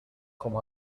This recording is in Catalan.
com